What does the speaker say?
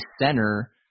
center